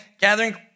gathering